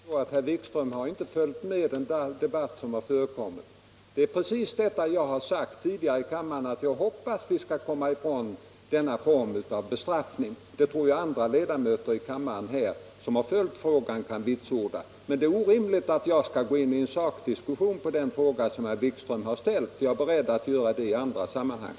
Herr talman! Jag förstår att herr Wikström inte har följt med i den debatt som har förekommit. Det är precis detta jag har sagt tidigare i kammaren -— att jag hoppas vi skall komma ifrån denna form av bestraffning. Det tror jag andra ledamöter i kammaren, som har följt frågan, kan vitsorda. Men det är orimligt att jag skall gå in i en sakdiskussion om den fråga som herr Wikström har ställt. Jag är beredd att göra det i andra sammanhang.